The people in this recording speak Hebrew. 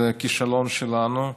זה כישלון שלנו,